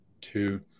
two